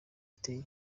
ateye